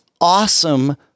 awesome